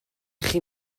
chi